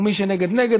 מי שנגד, נגד.